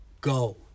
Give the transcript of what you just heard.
go